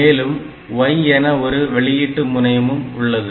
மேலும் Y என ஒரு வெளியிட்டு முனையும் உள்ளது